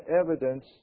evidence